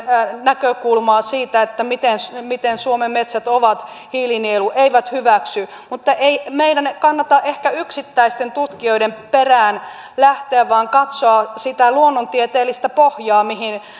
näkökulmaa siitä että suomen metsät ovat hiilinielu mutta ei meidän kannata ehkä yksittäisten tutkijoiden perään lähteä vaan katsoa sitä luonnontieteellistä pohjaa mihin